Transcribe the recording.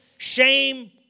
shame